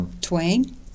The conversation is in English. Twain